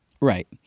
Right